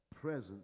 presence